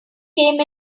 came